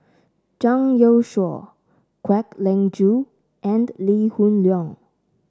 Zhang Youshuo Kwek Leng Joo and Lee Hoon Leong